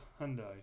Hyundai